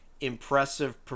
impressive